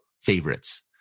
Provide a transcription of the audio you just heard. favorites